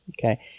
Okay